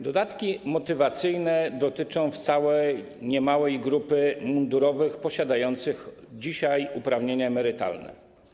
Dodatki motywacyjne dotyczą wcale niemałej grupy mundurowych posiadających dzisiaj uprawnienia emerytalne.